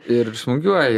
ir smūgiuoja ir